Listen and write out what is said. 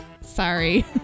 Sorry